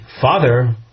father